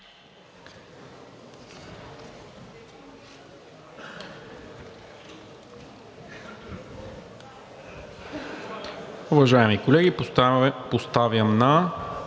Уважаеми колеги, поставям на